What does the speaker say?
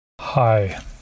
Hi